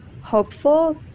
hopeful